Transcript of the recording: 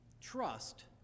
trust